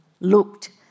looked